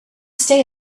stay